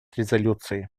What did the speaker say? резолюции